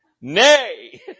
nay